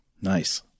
Nice